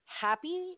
happy